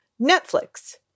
Netflix